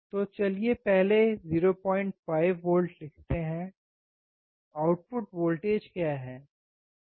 तो चलिए पहले 05 वोल्ट लिखते हैं आउटपुट वोल्टेज क्या है